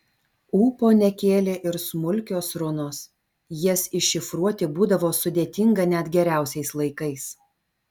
ūpo nekėlė ir smulkios runos jas iššifruoti būdavo sudėtinga net geriausiais laikais